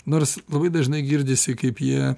nors labai dažnai girdisi kaip jie